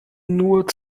nur